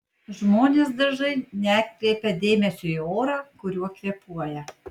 žmonės dažnai neatkreipia dėmesio į orą kuriuo kvėpuoja